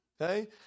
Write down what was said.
Okay